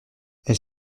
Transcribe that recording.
elle